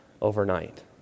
overnight